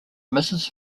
mrs